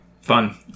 Fun